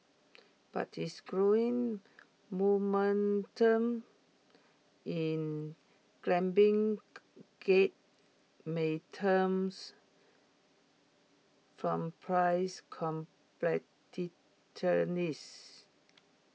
but its growing momentum in gear may terms from price